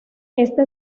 esta